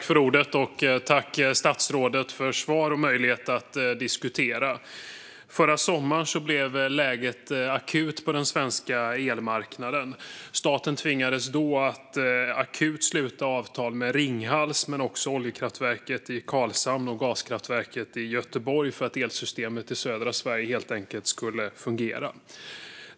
Fru talman! Tack, statsrådet, för svar och möjlighet att diskutera! Förra sommaren blev läget akut på den svenska elmarknaden. Staten tvingades då att akut sluta avtal med Ringhals men också med oljekraftverket i Karlshamn och med gaskraftverket i Göteborg för att elsystemet i södra Sverige helt enkelt skulle fungera.